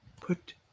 put